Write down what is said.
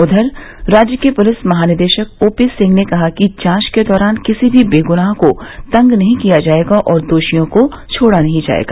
उधर राज्य के पलिस महानिदेशक ओपीसिंह ने कहा कि जांच के दौरान किसी भी बेगनाह को तंग नहीं किया जाएगा और दोषियों को छोड़ा नहीं जाएगा